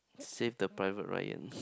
save the private Ryan